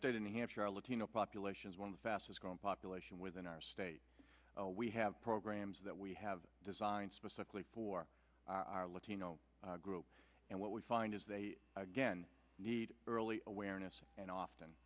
state in new hampshire are latino populations one of the fastest growing population within our state we have programs that we have designed specifically for our latino group and what we find is they again need early awareness and often